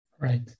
Right